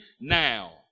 now